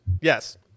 Yes